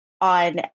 on